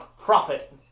profit